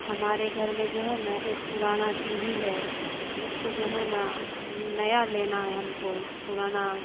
ہمارے گھر میں جو ہے نا ایک پرانا ٹی وی ہے اس کو جو ہے نا نیا لینا ہے ہم کو پرانا